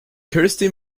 kirsty